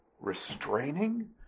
restraining